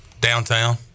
Downtown